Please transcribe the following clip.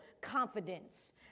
confidence